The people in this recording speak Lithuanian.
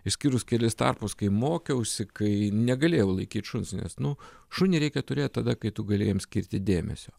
išskyrus kelis tarpus kai mokiausi kai negalėjau laikyt šuns nes nu šunį reikia turėt tada kai tu gali jam skirti dėmesio